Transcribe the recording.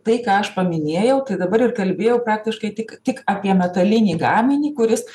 tai ką aš paminėjau tai dabar ir kalbėjau praktiškai tik tik apie metalinį gaminį kuris